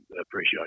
appreciate